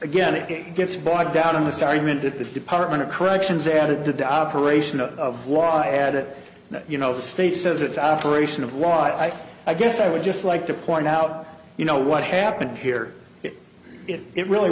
again it gets bogged down in this argument that the department of corrections added to the operation of law i had it you know the state says it's operation of law i i guess i would just like to point out you know what happened here it really